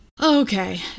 Okay